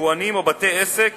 יבואנים או בתי-עסק